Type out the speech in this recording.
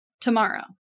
tomorrow